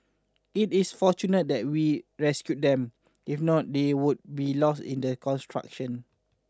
it is fortunate that we rescued them if not they would be lost in the construction